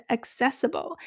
Accessible